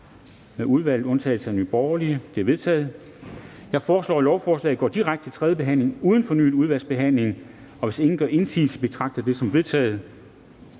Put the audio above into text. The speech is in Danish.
1, tiltrådt af udvalget? Det er vedtaget. Jeg foreslår, at lovforslaget går direkte til tredje behandling uden fornyet udvalgsbehandling, og hvis ingen gør indsigelse, betragter jeg det som vedtaget.